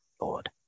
Lord